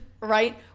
Right